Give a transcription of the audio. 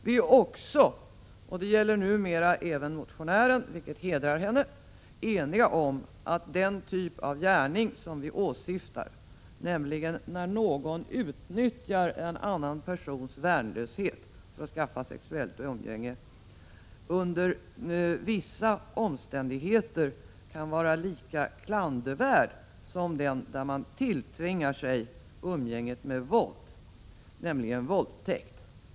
Vi är också — och det gäller numera även motionären, vilket hedrar henne — eniga om att den typ av gärning som vi åsyftar, nämligen när någon utnyttjar en annan persons värnlöshet för att skaffa sig sexuellt umgänge, under vissa omständigheter kan vara lika klandervärd som den där man tilltvingar sig umgänge med våld, dvs. våldtäkt.